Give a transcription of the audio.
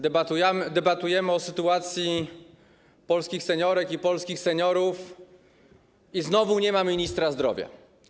Debatujemy o sytuacji polskich seniorek i polskich seniorów i znowu nie ma ministra zdrowia.